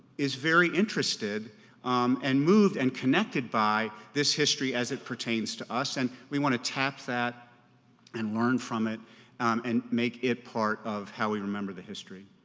is very interested and moved and connected by this history as it pertains to us and we want to tap that and learn from it and make it part of how we remember the history.